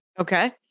okay